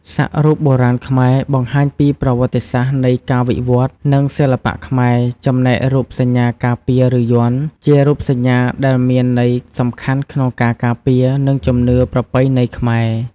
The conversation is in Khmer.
សាក់រូបបុរាណខ្មែរបង្ហាញពីប្រវត្តិសាស្ត្រនៃការវិវត្តន៍ និងសិល្បៈខ្មែរ ចំណែករូបសញ្ញាការពារឬយ័ន្ត ជារូបសញ្ញាដែលមានន័យសំខាន់ក្នុងការការពារ និងជំនឿប្រពៃណីខ្មែរ។